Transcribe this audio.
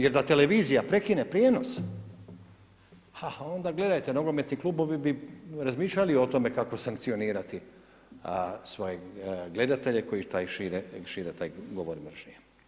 Jer da televizija prekine prijenos, a onda gledajte, nogometni klubovi bi razmišljali o tome kako sankcionirati svoje gledatelje koji šire taj govor mržnje.